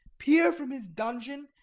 pier from his dung-eon,